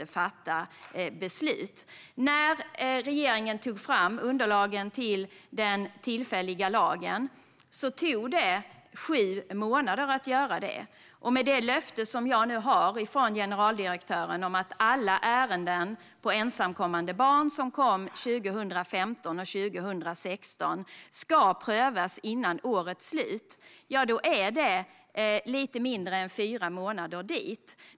Det tog sju månader för regeringen att ta fram underlaget till den tillfälliga lagen. Jag har nu fått löfte från generaldirektören om att alla ärenden som rör ensamkommande barn som kom hit 2015 och 2016 ska prövas före årets slut. Det är lite mindre än fyra månader dit.